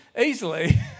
easily